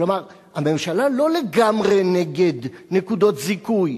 כלומר, הממשלה לא לגמרי נגד נקודות זיכוי,